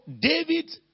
David